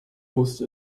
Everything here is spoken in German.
wusste